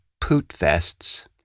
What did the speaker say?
poot-fests